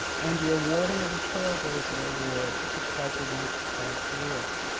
and the awarding of a trailblazer award to president ted lewis.